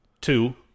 Two